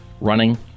running